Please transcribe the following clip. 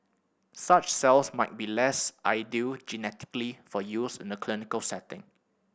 such cells might be less ideal genetically for use in the clinical setting